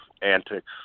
antics